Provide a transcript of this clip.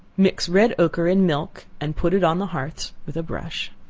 mix red ochre in milk, and put it on the hearths with a brush.